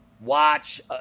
watch